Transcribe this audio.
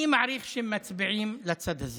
אני מעריך שהם מצביעים לצד הזה.